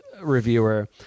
reviewer